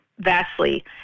vastly